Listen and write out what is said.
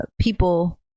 people